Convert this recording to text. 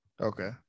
Okay